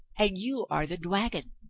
and you are the dwagon.